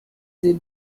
they